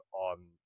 on